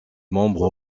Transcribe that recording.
membre